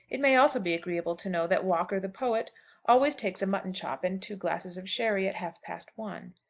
it may also be agreeable to know that walker the poet always takes a mutton-chop and two glasses of sherry at half-past one.